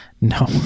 No